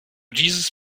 dieses